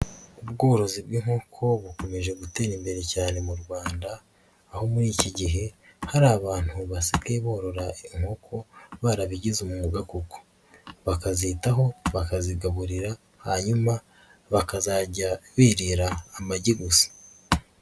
Ubworozi bw'inkoko bukomeje gutera imbere cyane mu Rwanda aho muri iki gihe hari abantu basigaye borora inkoko barabigize umwuga koko, bakazitaho, bakazigaburira hanyuma bakazajya birira amagi gusa.